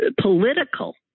political